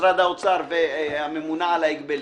משרד האוצר והממונה על ההגבלים.